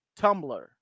Tumblr